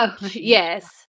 Yes